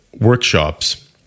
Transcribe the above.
workshops